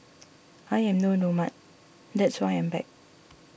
I am no nomad that's why I am back